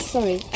Sorry